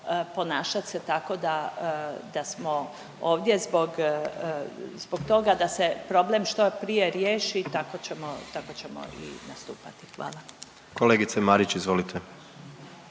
ponašat se tako da smo ovdje zbog toga da se problem što prije riješi tako ćemo i nastupati. Hvala. **Jandroković, Gordan